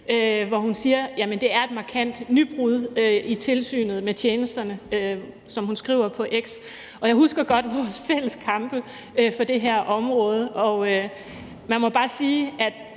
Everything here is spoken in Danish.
hvor hun skriver, at det er et markant nybrud i tilsynet med tjenesterne. Og jeg husker godt vores fælles kampe for det her område, og man må bare sige, at